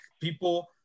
people